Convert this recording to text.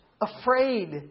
afraid